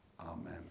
amen